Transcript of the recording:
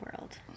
world